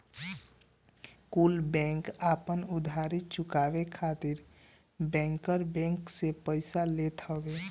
कुल बैंक आपन उधारी चुकाए खातिर बैंकर बैंक से पइसा लेत हवन